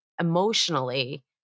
emotionally